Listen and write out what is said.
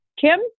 Kim